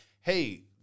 hey